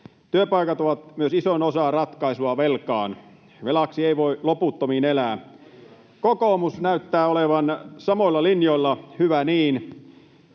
Työpaikat ovat myös isoin osa ratkaisua velkaan. Velaksi ei voi loputtomiin elää. [Oikealta: Kyllä!] Kokoomus näyttää olevan samoilla linjoilla. Hyvä niin.